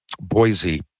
Boise